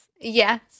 Yes